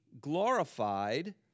glorified